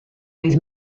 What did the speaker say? oedd